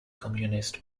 communist